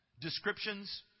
descriptions